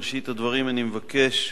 בראשית הדברים אני מבקש